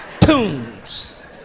tunes